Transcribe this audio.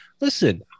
Listen